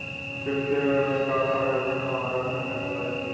कृषि ऋण मे का का योजना हमरा के मिल पाई?